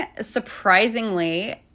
surprisingly